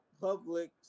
public